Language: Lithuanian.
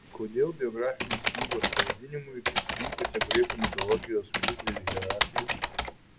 kodėl biografinės knygos pavadinimui pasirinkote graikų mitologijos pusdievį heraklį